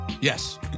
Yes